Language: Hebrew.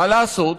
מה לעשות?